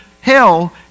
hell